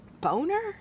Boner